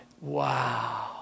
Wow